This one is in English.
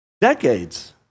decades